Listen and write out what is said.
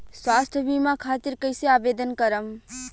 स्वास्थ्य बीमा खातिर कईसे आवेदन करम?